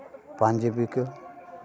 ᱯᱟᱧᱡᱟᱵᱤ ᱠᱚ